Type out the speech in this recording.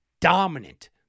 dominant